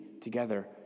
together